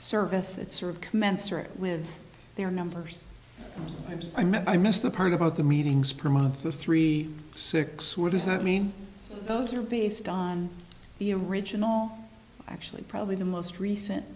service that's sort of commensurate with their numbers and i mean i missed the part about the meetings per month of three six what does that mean those are based on the original actually probably the most recent